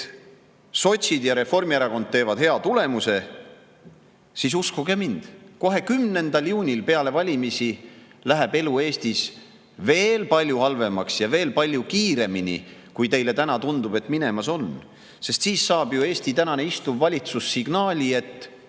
et sotsid ja Reformierakond teevad hea tulemuse, siis uskuge mind, kohe 10. juunil ehk siis peale valimisi läheb elu Eestis veel palju halvemaks ja veel palju kiiremini, kui teile täna tundub, et minemas on. Sest siis saab ju Eesti tänane valitsus signaali, et